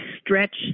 stretch